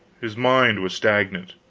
his mind was stagnant.